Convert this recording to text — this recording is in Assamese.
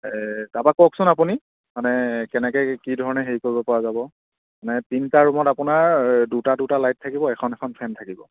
তাৰ পৰা কওকচোন আপুনি মানে কেনেকৈ কি ধৰণে হেৰি কৰিব পৰা যাব মানে তিনিটা ৰুমত আপোনাৰ দুটা দুটা লাইট থাকিব এখন এখন ফেন থাকিব